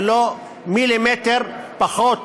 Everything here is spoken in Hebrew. לא מילימטר פחות